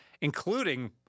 including